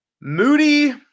Moody